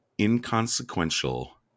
inconsequential